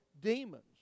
demons